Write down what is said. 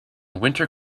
winter